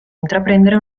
intraprendere